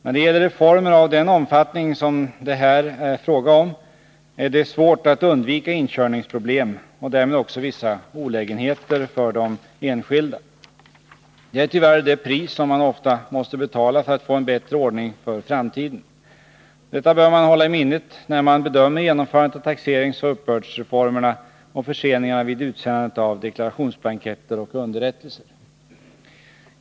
När det gäller reformer av den omfattning som det här är fråga om är det svårt att undvika inkörningsproblem och därmed också vissa olägenheter för de enskilda. Det är tyvärr det pris som man ofta måste betala för att få en bättre ordning för framtiden. Detta bör man hålla i minnet när man bedömer genomförandet av taxeringsoch uppbördsreformerna och förseningarna vid utsändandet av deklarationsblanketter och underrättelser.